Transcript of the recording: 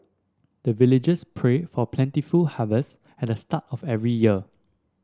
the villagers pray for plentiful harvest at the start of every year